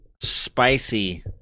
spicy